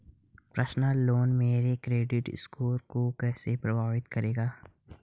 Personal loan मेरे credit score को कैसे प्रभावित करेगा?